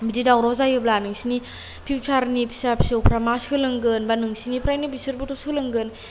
बिदि दावराव जायोब्ला नोंसोरनि फिउसारनि फिसा फिसौफ्रा मा सोलोंगोन बा नोंसिनिफ्रायनो बिसोरबोथ' सोलोंगोन